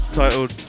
titled